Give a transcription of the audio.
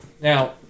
Now